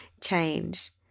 change